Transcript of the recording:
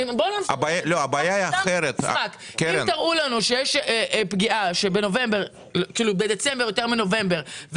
אם תראו לנו שבדצמבר יש פגיעה יותר מאשר בנובמבר,